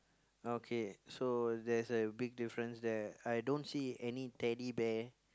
okay so there's a big difference there I don't see any Teddy Bear